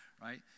right